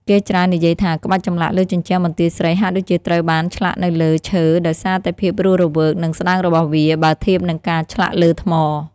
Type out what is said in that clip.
គេច្រើននិយាយថា ក្បាច់ចម្លាក់លើជញ្ជាំងបន្ទាយស្រីហាក់ដូចជាត្រូវបានឆ្លាក់នៅលើ ឈើ ដោយសារតែភាពរស់រវើក និងស្តើងរបស់វា បើធៀបនឹងការឆ្លាក់លើថ្ម។